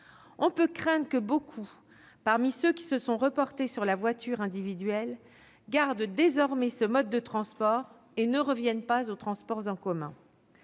On peut craindre que beaucoup, parmi ceux qui se sont reportés sur la voiture individuelle, gardent désormais ce mode de transport et ne reviennent pas aux transports en commun.